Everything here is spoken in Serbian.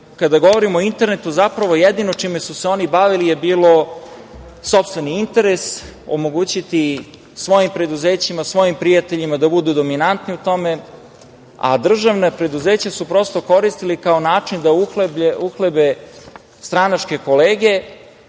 kada govorimo o internetu, zapravo, jedino čime su se oni bavili je bilo sopstveni interes omogućiti svojim preduzećima, svojim prijateljima da budu dominantni u tome, a državna preduzeća su prosto koristili kao način da uhlebe stranačke kolege